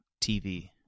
TV